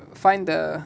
find the